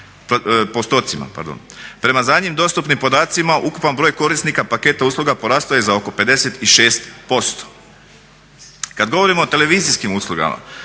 postocima. Prema zadnjim dostupnim podacima ukupan broj korisnika paketa usluga porastao je za oko 56%. Kad govorimo o televizijskim uslugama